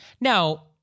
Now